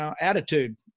attitude